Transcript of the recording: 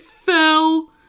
fell